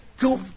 go